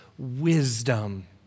Wisdom